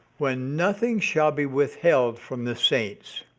when nothing shall be withheld from the saints.